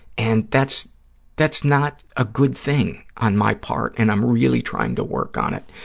and that's that's not a good thing on my part, and i'm really trying to work on it.